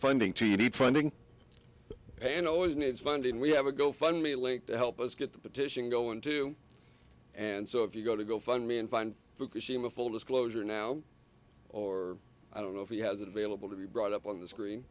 funding to you need funding pan always needs funding we have a go fund me link to help us get the petition go into and so if you go to go fund me and find fukushima full disclosure now or i don't know if he hasn't been able to be brought up on the screen